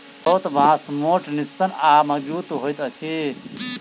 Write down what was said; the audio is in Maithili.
हरोथ बाँस मोट, निस्सन आ मजगुत होइत अछि